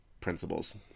principles